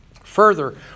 Further